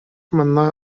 манна